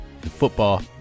football